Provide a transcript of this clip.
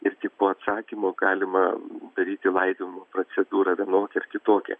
ir tik po atsakymo galima daryti laidojimo procedūrą vienokią ar kitokią